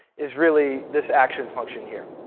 is really this action function here.